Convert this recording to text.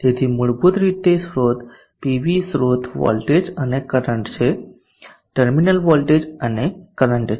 તેથી મૂળભૂત રીતે સ્રોત પીવી સ્રોત વોલ્ટેજ અને કરંટ ટર્મિનલ વોલ્ટેજ અને કરંટ છે